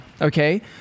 Okay